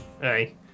Hey